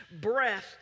breath